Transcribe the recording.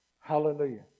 Hallelujah